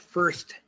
first